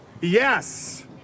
Yes